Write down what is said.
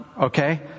Okay